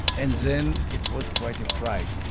and then, it was quite a pride.